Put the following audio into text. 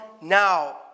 now